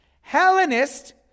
Hellenist